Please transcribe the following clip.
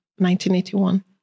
1981